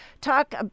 talk